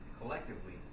collectively